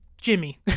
Jimmy